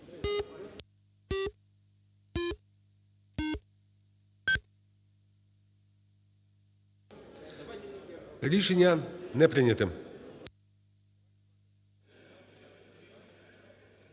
Рішення не прийняте.